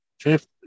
fifth